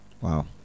Wow